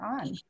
on